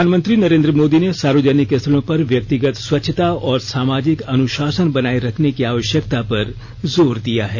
प्रधानमंत्री नरेंद्र मोदी ने सार्वजनिक स्थलों पर व्यक्तिगत स्वच्छता और सामाजिक अनुशासन बनाए रखने की आवश्यकता पर जोर दिया है